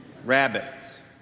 Rabbits